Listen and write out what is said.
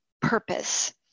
purpose